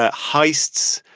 ah heists,